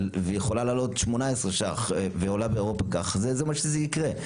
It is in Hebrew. ויכולה לעלות 18 ₪ ועולה באירופה כך זה מה שיקרה.